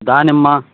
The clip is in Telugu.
దానిమ్మ